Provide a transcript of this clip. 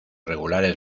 regulares